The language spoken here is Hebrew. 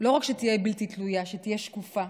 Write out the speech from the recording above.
לא רק שתהיה בלתי תלויה אלא שתהיה שקופה,